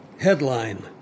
Headline